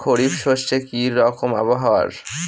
খরিফ শস্যে কি রকম আবহাওয়ার?